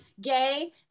gay